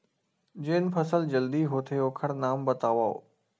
जेन फसल जल्दी होथे ओखर नाम बतावव?